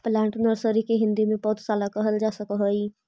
plant nursery के हिंदी में पौधशाला कहल जा सकऽ हइ